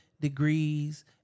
degrees